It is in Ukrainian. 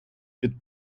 під